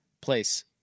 place